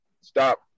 stop